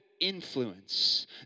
influence